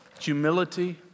humility